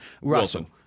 Wilson